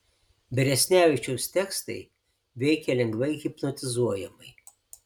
beresnevičiaus tekstai veikia lengvai hipnotizuojamai